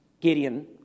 Gideon